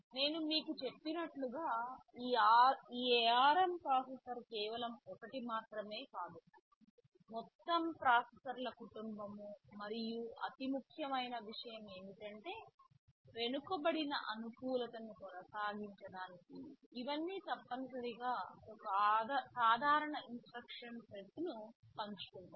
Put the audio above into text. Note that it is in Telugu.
నేను మీకు చెప్పినట్లుగా ఈ ARM ప్రాసెసర్ కేవలం ఒకటి మాత్రమే కాదు మొత్తం ప్రాసెసర్ల కుటుంబం మరియు అతి ముఖ్యమైన విషయం ఏమిటంటే వెనుకబడిన అనుకూలతను కొనసాగించడానికి ఇవన్నీ తప్పనిసరిగా ఒక సాధారణ ఇన్స్ట్రక్షన్ సెట్ ని పంచుకుంటాయి